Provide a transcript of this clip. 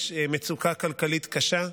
יש מצוקה כלכלית קשה,